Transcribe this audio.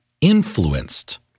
influenced